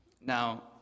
Now